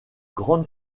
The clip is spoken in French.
grande